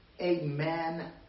Amen